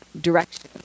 Direction